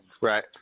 Right